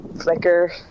flicker